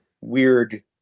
weird